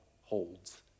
holds